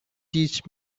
teach